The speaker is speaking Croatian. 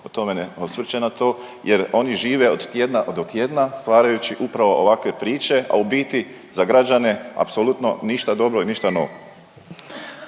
o tome ne osvrće na to, jer oni žive od tjedna do tjedna, stvarajući upravo ovakve priče, a u biti za građane apsolutno ništa dobro i ništa novo.